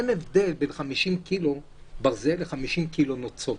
שאין הבדל בין 50 קילו ברזל ל-50 קילו נוצות.